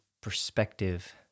perspective